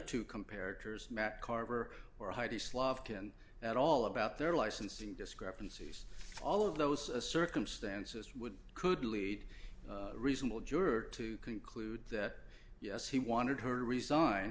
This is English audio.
two compared to as matt carver or heidi's lofton at all about their licensing discrepancies all of those circumstances would could lead reasonable juror to conclude that yes he wanted her to resign